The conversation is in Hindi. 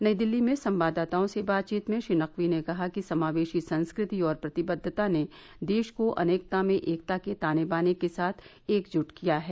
नई दिल्ली में संवाददाताओं से बातचीत में श्री नकवी ने कहा कि समावेशी संस्क ति और प्रतिबद्धता ने देश को अनेकता में एकता के तानेबाने के साथ एकज्ट किया है